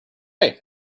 say